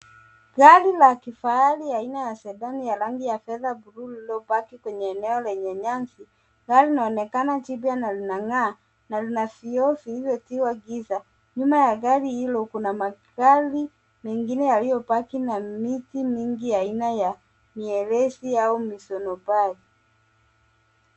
Gari la kifahari ya aina ya Sedan ya rangi ya fedha, bluu lililopaki kwenye eneo lenye nyasi, Gari linaonekana jipya na linang'aa na lina vioo vilivyotiwa giza. Nyumba ya gari hilo kuna magari mengine yaliyopaki na miti mingi ya aina ya mierezi au misonobari.